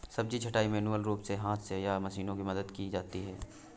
सब्जी छँटाई मैन्युअल रूप से हाथ से या मशीनों की मदद से की जाती है